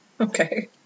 Okay